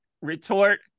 retort